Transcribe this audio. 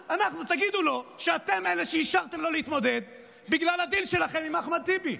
תגידו לו שאתם אלה שאישרתם לו להתמודד בגלל הדיל שלכם עם אחמד טיבי.